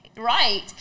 Right